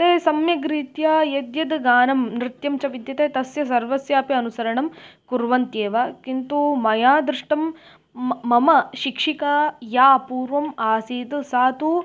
ते सम्यग्रीत्या यद्यत् गानं नृत्यं च विद्यते तस्य सर्वस्यापि अनुसरणं कुर्वन्त्येव किन्तु मया दृष्टं मम शिक्षिका या पूर्वम् आसीत् सा तु